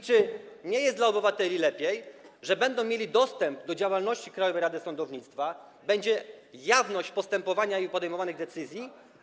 Czy to nie lepiej dla obywateli, że będą mieli dostęp do działalności Krajowej Rady Sądownictwa, że będzie jawność postępowania i podejmowanych decyzji?